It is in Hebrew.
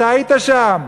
אתה היית שם,